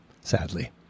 sadly